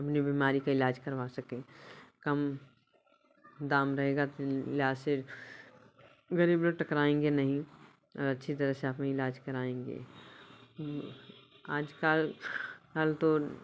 अपनी बीमारी का इलाज करवा सकें कम दाम रहेगा तो इलाज सिर्फ गरीब लोग टकराएँगे नहीं और अच्छी तरह से अपनी इलाज कराएँगे आजकल कल तो